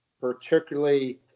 particularly